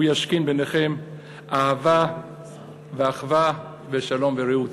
הוא ישכין ביניכם אהבה ואחווה, ושלום ורעות.